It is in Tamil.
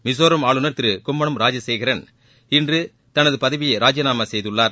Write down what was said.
மிசோரம் ஆளுநர் திரு கும்மணம் ராஜசேகரன் இன்று தனது பதவியை ராஜினாமா செய்துள்ளார்